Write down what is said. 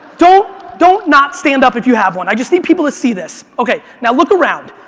don't don't not stand up if you have one. i just need people to see this. okay, now look around.